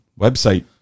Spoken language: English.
website